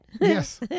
yes